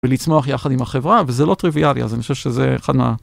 ולצמח יחד עם החברה וזה לא טריוויאלי אז אני חושב שזה אחד מה...